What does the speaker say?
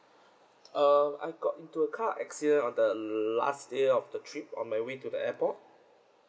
uh I got into a car accident on the last day of the trip on my way to the airport